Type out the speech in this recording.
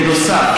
בנוסף